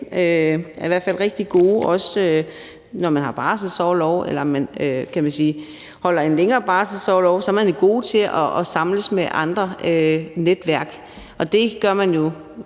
dag i hvert fald er rigtig gode, også når man har barselsorlov, eller man holder en længere barselsorlov, til at samles med andre netværk. Det gør man på